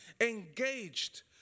engaged